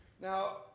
Now